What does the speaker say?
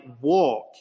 walk